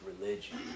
religion